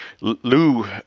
Lou